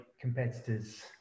competitors